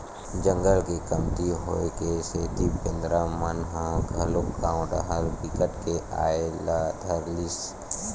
जंगल के कमती होए के सेती बेंदरा मन ह घलोक गाँव डाहर बिकट के आये ल धर लिस